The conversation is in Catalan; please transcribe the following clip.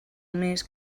més